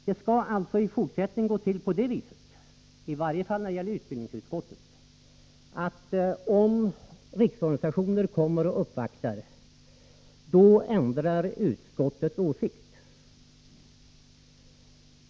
Det skall alltså i fortsättningen gå till på det sättet, i varje fall i utbildningsutskottet, att om riksorganisationer kommer och uppvaktar, då ändrar utskottet åsikt.